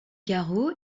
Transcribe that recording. garot